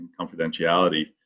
confidentiality